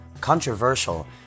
controversial